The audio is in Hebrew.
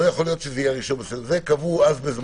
זה מה שאמרו אז.